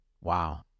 Wow